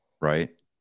right